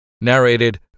Narrated